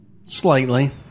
Slightly